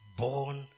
born